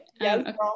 Yes